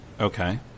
Okay